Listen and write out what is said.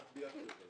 רק דייקתי אותה,